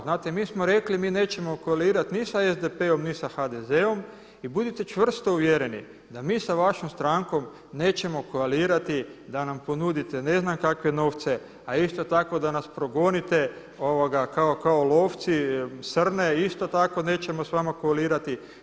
Znate mi smo rekli mi nećemo koalirati ni sa SDP-om, ni sa HDZ-om i budite čvrsto uvjereni da mi sa vašom strankom nećemo koalirati da nam ponudite ne znam kakve novce, a isto tako da nas progonite kao lovci srne isto tako nećemo sa vama koalirati.